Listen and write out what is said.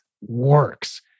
works